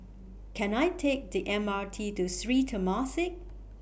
Can I Take The M R T to Sri Temasek